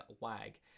wag